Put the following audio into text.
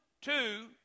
two